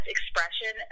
expression